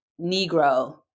Negro